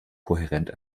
kohärent